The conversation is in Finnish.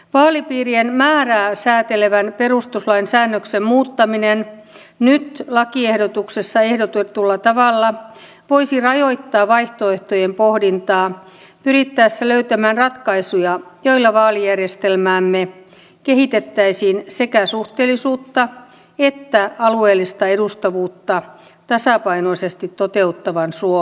vaalipiirien määrää sääntelevän perustuslain säännöksen muuttaminen nyt lakiehdotuksessa ehdotetulla tavalla voisi rajoittaa vaihtoehtojen pohdintaa pyrittäessä löytämään ratkaisuja joilla vaalijärjestelmäämme kehitettäisiin sekä suhteellisuutta että alueellista edustavuutta tasapainoisesti toteuttavaan suuntaan